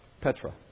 Petra